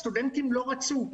הסטודנטים לא רצו.